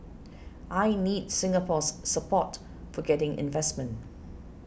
I need Singapore's support for getting investment